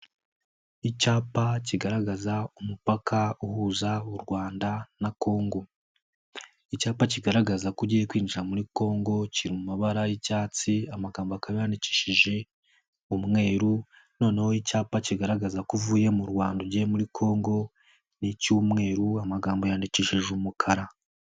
Icyapa kigaragaza umupaka uhuza u Rwanda na Congo, icyapa kigaragaza ko ugiye kwinjira muri Congo kiri mu mabara y'icyatsi, amagambo akaba yandikishije umweru, noneho icyapa kigaragaza ko uvuye mu Rwanda ugiye muri Congo n'icyumweru, amagambo yandikishije umukara.